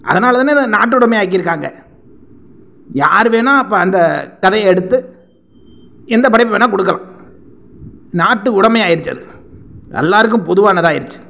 அதனால் தானே இதை நாட்டுடமை ஆக்கிருக்காங்க யாருவேணா அப்போ அந்த கதையை எடுத்து எந்த படைப்பு வேணா கொடுக்கலாம் நாட்டு உடமை ஆயிடுச்சு அது எல்லாருக்கும் பொதுவானதாக ஆயிருச்சு